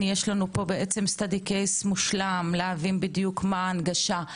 יש לנו סטאדי קיים מושלם להבין מה ההנגשה.